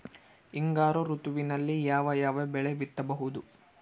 ಹಿಂಗಾರು ಋತುವಿನಲ್ಲಿ ಯಾವ ಯಾವ ಬೆಳೆ ಬಿತ್ತಬಹುದು?